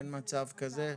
אין מצב כזה.